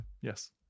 Yes